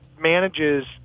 manages